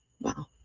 Wow